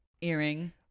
Earring